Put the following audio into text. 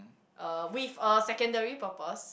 uh with a secondary purpose